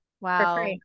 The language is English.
wow